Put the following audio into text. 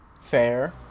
fair